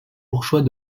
bourgeois